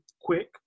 quick